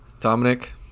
Dominic